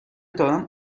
دارم